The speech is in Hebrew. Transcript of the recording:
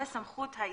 וסמכות העיכוב.